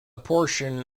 portion